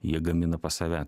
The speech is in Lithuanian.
jie gamina pas save